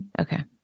Okay